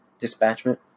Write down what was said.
dispatchment